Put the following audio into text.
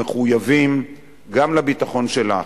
מחויבים גם לביטחון שלך,